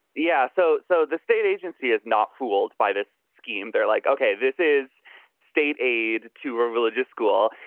yeah. so so the state agency is not fooled by this scheme. they're like, ok, this is state aid to a religious school.